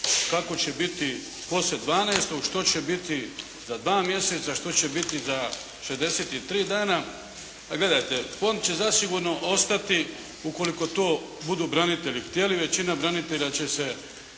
kako će biti poslije 12., što će biti za dva mjeseca, što će biti za 63 dana. A gledajte. Fond će zasigurno ostati ukoliko to branitelji budu htjeli. Većina branitelja će se